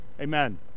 amen